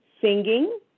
singing